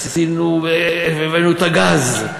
הבאנו את הגז,